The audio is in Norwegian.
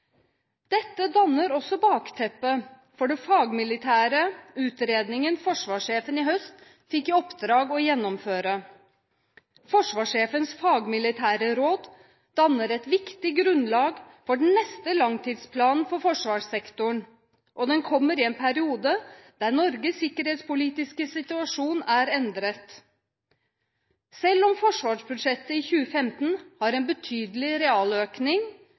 Dette danner også bakteppet for den fagmilitære utredningen forsvarssjefen i høst fikk i oppdrag å gjennomføre. Forsvarssjefens fagmilitære råd danner et viktig grunnlag for den neste langtidsplanen for forsvarssektoren, og den kommer i en periode der Norges sikkerhetspolitiske situasjon er endret. Selv om forsvarsbudsjettet i 2015 har en betydelig realøkning,